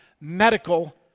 medical